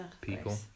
people